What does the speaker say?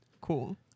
Cool